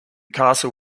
castle